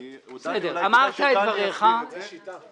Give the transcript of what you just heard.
כי הודענו ליושב-ראש --- יש שיטה.